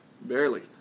barely